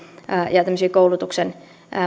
ja tämmöisiä koulutuksen